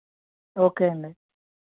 okay అండి